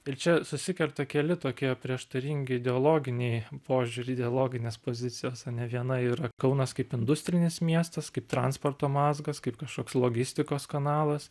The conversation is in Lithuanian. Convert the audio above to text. ir čia susikerta keli tokie prieštaringi ideologiniai požiūriai ideologinės pozicijos ane viena yra kaunas kaip industrinis miestas kaip transporto mazgas kaip kažkoks logistikos kanalas